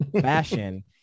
fashion